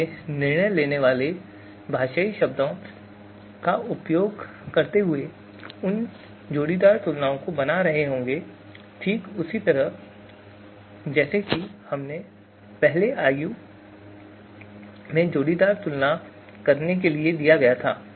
इसलिए निर्णय लेने वाले भाषाई शब्दों का उपयोग करते हुए उन जोड़ीदार तुलनाओं को बना रहे होंगे ठीक उसी तरह जैसे कि हमने पहले आयु में जोड़ीदार तुलना करने के लिए दिया था